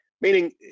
Meaning